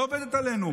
לא עובדים עלינו.